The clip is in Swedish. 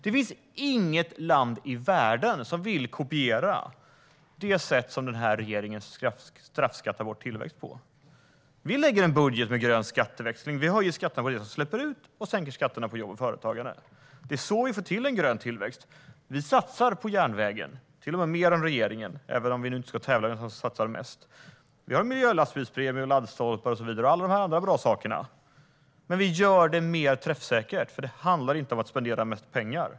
Det finns inget land i världen som vill kopiera det sätt som regeringen straffbeskattar bort tillväxt på. Vi lägger fram en budget med grön skatteväxling. Vi höjer skatterna på det som släpper ut och sänker skatterna på jobb och företagande. Det är så vi får till en grön tillväxt. Vi satsar på järnvägen, till och med mer än regeringen - även om vi inte ska tävla om vem som satsar mest. Vi har miljölastbilspremie, laddstolpar och alla andra bra saker. Men vi gör det mer träffsäkert, för det handlar inte om att spendera mest pengar.